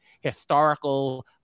historical